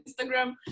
Instagram